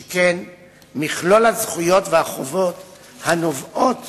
שכן מכלול הזכויות והחובות הנובעות